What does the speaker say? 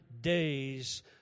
days